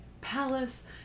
palace